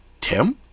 Tim